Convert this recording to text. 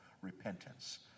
repentance